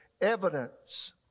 evidence